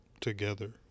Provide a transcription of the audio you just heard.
together